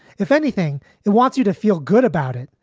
if anything, it wants you to feel good about it.